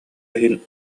иһин